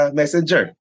messenger